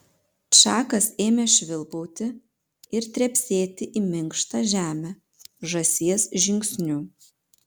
čakas ėmė švilpauti ir trepsėti į minkštą žemę žąsies žingsniu